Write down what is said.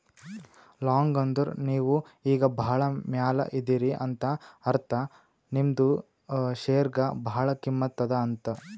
long ಅಂದುರ್ ನೀವು ಈಗ ಭಾಳ ಮ್ಯಾಲ ಇದೀರಿ ಅಂತ ಅರ್ಥ ನಿಮ್ದು ಶೇರ್ಗ ಭಾಳ ಕಿಮ್ಮತ್ ಅದಾ ಅಂತ್